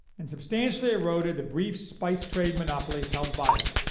and substantially eroded the brief spice trade monopoly held by them.